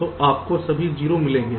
तो आपको सभी 0 मिलेंगे